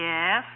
Yes